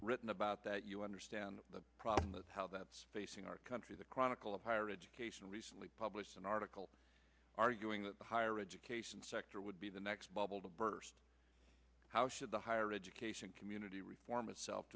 written about that you understand the problem of how that's facing our country the chronicle of higher education recently published an article arguing that the higher education sector would be the next bubble to burst how should the higher education community reform itself